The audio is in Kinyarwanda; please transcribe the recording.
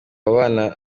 abana